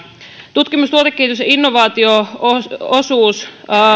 tutkimus tuotekehitys ja innovaatio osuus